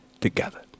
together